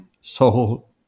soul